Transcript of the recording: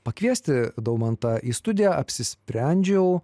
pakviesti daumantą į studiją apsisprendžiau